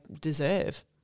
deserve